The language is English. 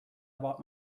about